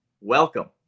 welcome